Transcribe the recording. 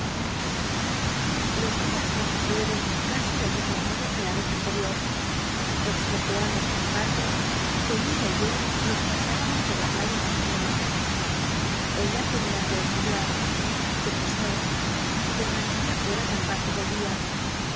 os días trascurrieron casi del mismo modo que la vez an terior exceptuando sin embago que emilia y yo nos paseamos po la playa mucho me nos ella ten ia que esludiat que coser y pemanecia fuera gan parte del dia